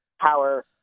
power